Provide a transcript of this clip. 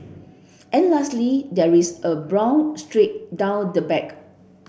and lastly there is a brown streak down the back